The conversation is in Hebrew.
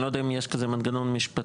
אני לא יודע אם יש כזה מנגנון משפטי.